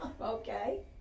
okay